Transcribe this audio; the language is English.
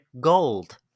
gold